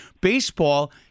Baseball